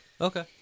Okay